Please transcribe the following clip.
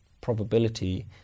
probability